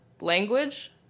Language